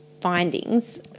findings